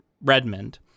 Redmond